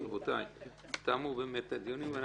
רבותי, תמו הדיונים.